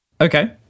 Okay